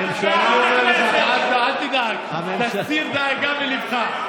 אל תדאג, תסיר דאגה מליבך,